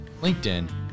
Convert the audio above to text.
LinkedIn